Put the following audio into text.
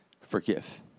forgive